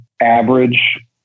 average